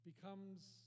becomes